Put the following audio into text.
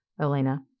Elena